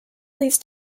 leads